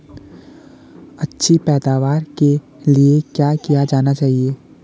अच्छी पैदावार के लिए क्या किया जाना चाहिए?